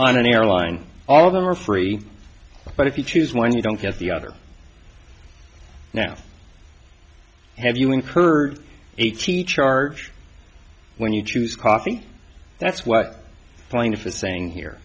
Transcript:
on an airline all of them are free but if you choose one you don't get the other now have you incurred eighty charge when you choose coffee that's what plaintiff is saying here